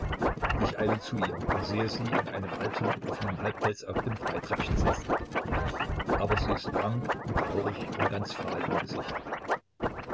ich eile zu ihr und sehe sie in einem alten offenen halbpelz auf dem freitreppchen sitzen aber sie ist krank und traurig und ganz fahl im gesicht